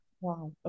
Wow